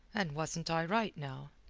and wasn't i right now?